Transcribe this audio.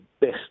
best